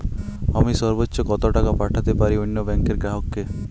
আমি সর্বোচ্চ কতো টাকা পাঠাতে পারি অন্য ব্যাংকের গ্রাহক কে?